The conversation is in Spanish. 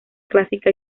clásica